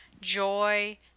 joy